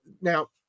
now